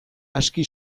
aski